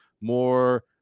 more